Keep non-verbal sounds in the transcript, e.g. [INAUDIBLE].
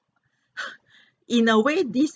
[LAUGHS] in a way this